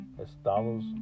Estados